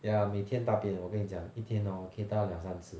yeah 每天大便我跟你讲一天 hor 可以大两三次